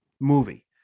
movie